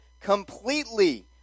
completely